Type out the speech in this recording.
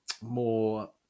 more